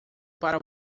para